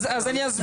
אז אני אסביר,